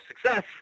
success